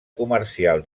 comercial